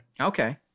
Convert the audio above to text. Okay